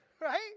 Right